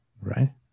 Right